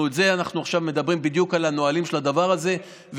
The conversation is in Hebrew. אנחנו עכשיו מדברים בדיוק על הנהלים של הדבר הזה,